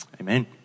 Amen